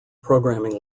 programming